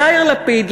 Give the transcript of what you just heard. יאיר לפיד,